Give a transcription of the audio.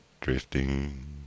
Drifting